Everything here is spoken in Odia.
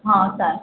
ହଁ ସାର୍